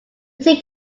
take